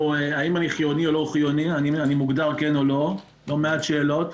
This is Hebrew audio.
האם אני חיוני, כן או לא יש לא מעט שאלות,